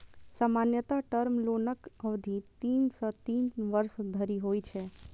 सामान्यतः टर्म लोनक अवधि तीन सं तीन वर्ष धरि होइ छै